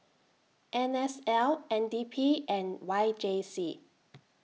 N S L N D P and Y J C